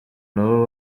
nabo